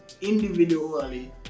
individually